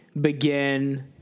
begin